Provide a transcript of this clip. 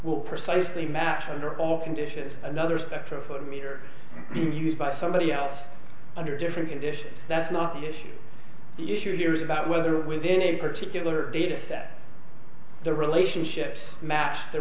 will precisely match under all conditions another spectra foot meter being used by somebody else under different conditions that's not the issue the issue here is about whether within a particular dataset the relationships match the